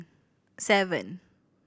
seven